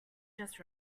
just